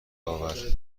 آور